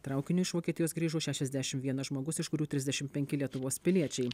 traukiniu iš vokietijos grįžo šešiasdešim vienas žmogus iš kurių trisdešim penki lietuvos piliečiai